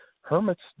hermits